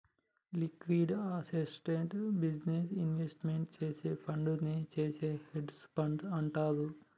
liquid అసెట్స్లో business investment చేసే ఫండునే చేసే హెడ్జ్ ఫండ్ అంటారు